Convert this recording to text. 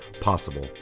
possible